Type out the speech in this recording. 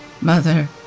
mother